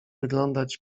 wyglądać